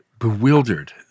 bewildered